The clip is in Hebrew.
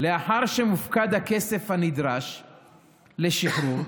לאחר שמופקד הכסף הנדרש לשחרור,